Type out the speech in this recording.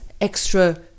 extra